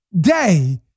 day